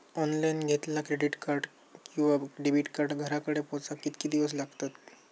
Online घेतला credit card किंवा debit card घराकडे पोचाक कितके दिस लागतत?